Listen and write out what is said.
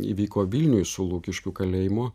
įvyko vilniuj su lukiškių kalėjimu